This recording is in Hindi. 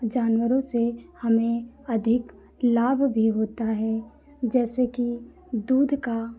जानवरों से हमें अधिक लाभ भी होता है जैसे कि दूध का